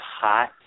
hot